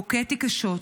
הוכיתי קשות.